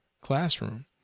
classroom